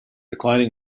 declining